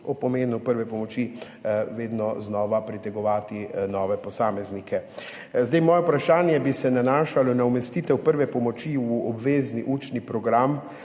prve pomoči vedno znova pritegovati nove posameznike. Moje vprašanje bi se nanašalo na umestitev prve pomoči v obvezni učni program